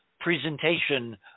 presentation